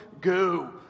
go